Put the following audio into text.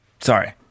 sorry